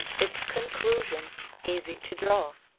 its conclusion easy to draw,